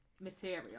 material